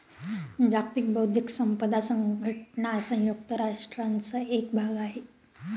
जागतिक बौद्धिक संपदा संघटना संयुक्त राष्ट्रांचा एक भाग आहे